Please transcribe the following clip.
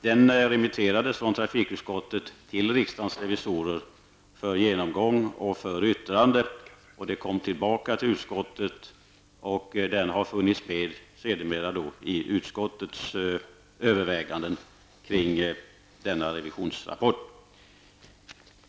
Den remitterades från trafikutskottet till riksdagens revisorer för genomgång och yttrande, kom tillbaka till utskottet och har sedermera funnits med i utskottets överväganden kring denna revisionsrapport.